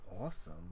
Awesome